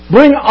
Bring